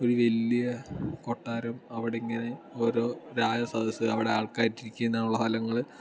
ഒരു വലിയ കൊട്ടാരം അവിടെ ഇങ്ങനെ ഓരോ രാജ സദസ്സ് അവിടെ ആൾക്കാരിരിക്കാൻ ഉള്ള സ്ഥലങ്ങൾ